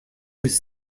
his